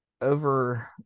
over